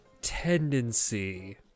tendency